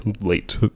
late